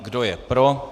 Kdo je pro?